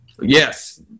Yes